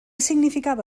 significava